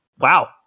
Wow